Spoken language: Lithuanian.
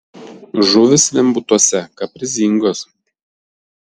žuvys vembūtuose kaprizingos